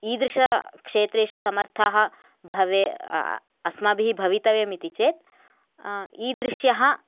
ईदृश क्षेत्रेषु समर्थाः भवे अस्माभिः भवितव्यम् इति चेत् ईदृश्यः